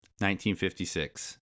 1956